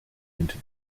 into